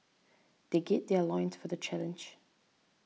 they gird their loins for the challenge